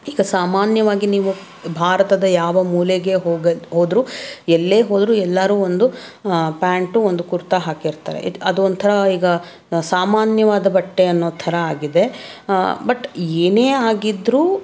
ಈಗ ಸಾಮಾನ್ಯವಾಗಿ ನೀವು ಭಾರತದ ಯಾವ ಮೂಲೆಗೆ ಹೋಗ ಹೋದರೂ ಎಲ್ಲೇ ಹೋದರೂ ಎಲ್ಲರೂ ಒಂದು ಪ್ಯಾಂಟು ಒಂದು ಕುರ್ತಾ ಹಾಕಿರ್ತಾರೆ ಇಟ್ ಅದೊಂಥರ ಈಗ ಸಾಮಾನ್ಯವಾದ ಬಟ್ಟೆ ಅನ್ನೋ ಥರ ಆಗಿದೆ ಬಟ್ ಏನೇ ಆಗಿದ್ದರೂ